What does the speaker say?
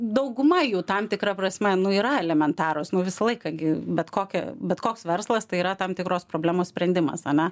dauguma jų tam tikra prasme yra elementarūs nu visą laiką gi bet kokia bet koks verslas tai yra tam tikros problemos sprendimas ane